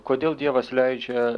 kodėl dievas leidžia